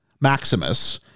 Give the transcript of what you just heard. Maximus